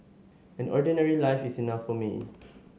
an ordinary life is enough for me